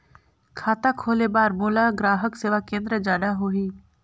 खाता खोले बार मोला ग्राहक सेवा केंद्र जाना होही?